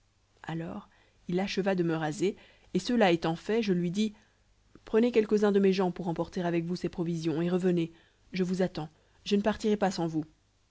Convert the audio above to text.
alors il acheva de me raser et cela étant fait je lui dis prenez quelques-uns de mes gens pour emporter avec vous ces provisions et revenez je vous attends je ne partirai pas sans vous